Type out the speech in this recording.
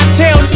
tell